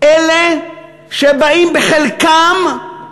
אלה שבאים, חלקם,